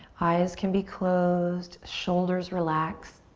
eyes can be closed, shoulders relaxed.